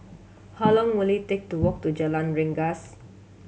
how long will it take to walk to Jalan Rengas